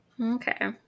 okay